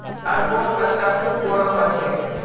अरबोंर पत्ता खूब बोरो ह छेक